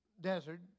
desert